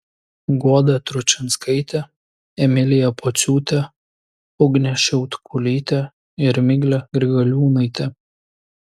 guoda tručinskaitė emilija pociūtė ugnė šiautkulytė ir miglė grigaliūnaitė